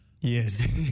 Yes